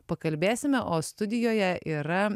pakalbėsime o studijoje yra